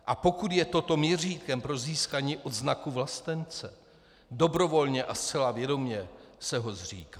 A pokud je toto měřítkem pro získání odznaku vlastence, dobrovolně a zcela vědomě se ho zříkám.